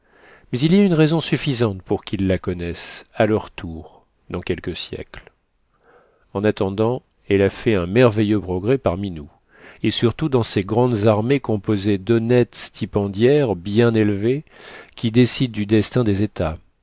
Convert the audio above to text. mais il y a une raison suffisante pour qu'ils la connaissent à leur tour dans quelques siècles en attendant elle a fait un merveilleux progrès parmi nous et surtout dans ces grandes armées composées d'honnêtes stipendiaires bien élevés qui décident du destin des états